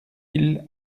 ils